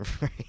Right